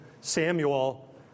Samuel